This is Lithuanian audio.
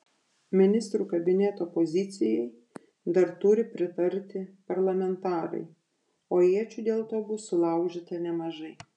ministrų kabineto pozicijai dar turi pritarti parlamentarai o iečių dėl to bus sulaužyta nemažai